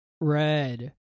Red